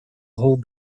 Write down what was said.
hold